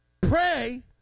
pray